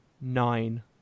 nine